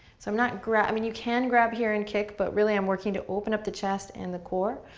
so i'm not grab, i mean you can grab here and kick, but really i'm working to open up the chest and the core.